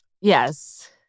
Yes